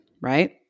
right